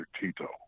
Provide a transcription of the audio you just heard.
Tito